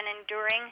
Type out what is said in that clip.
enduring